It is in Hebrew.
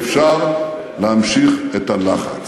כי אפשר להמשיך את הלחץ.